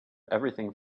everything